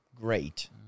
great